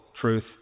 truth